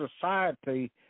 society